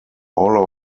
all